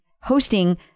hosting